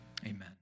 Amen